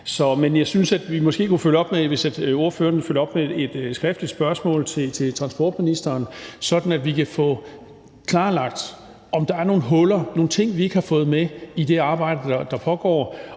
Men jeg synes, at vi måske kunne følge op og ordføreren kunne følge op med et skriftligt spørgsmål til transportministeren, sådan at vi kan få klarlagt, om der er nogle huller, altså nogle ting, som vi ikke har fået med i det arbejde, der pågår.